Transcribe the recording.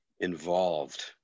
involved